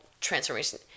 transformation